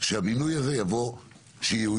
שהמינוי הזה יאויש,